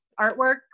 artwork